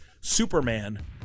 Superman